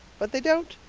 but they don't.